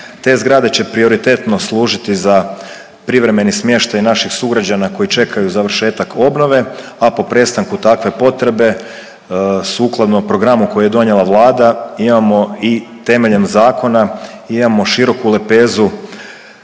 Te zgrade će prioritetno služiti za privremeni smještaj naših sugrađana koji čekaju završetak obnove, a po prestanku takve potrese sukladno programu koji je donijela Vlada, imamo i temeljem zakona, imamo široku lepezu